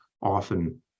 often